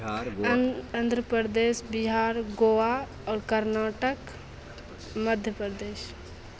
आन आंध्र प्रदेश बिहार गोवा आओर कर्नाटक मध्य प्रदेश